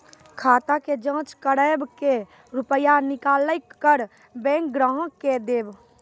खाता के जाँच करेब के रुपिया निकैलक करऽ बैंक ग्राहक के देब?